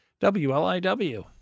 WLIW